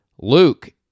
Luke